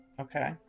Okay